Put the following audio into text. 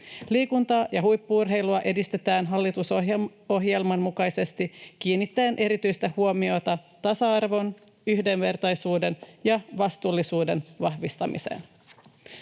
Liikuntaa ja huippu-urheilua edistetään hallitusohjelman mukaisesti kiinnittäen erityistä huomiota tasa-arvon, yhdenvertaisuuden ja vastuullisuuden vahvistamiseen.